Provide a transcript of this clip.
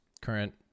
current